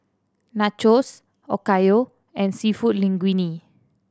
Nachos Okayu and Seafood Linguine